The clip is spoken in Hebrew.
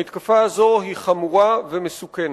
המתקפה הזו היא חמורה ומסוכנת.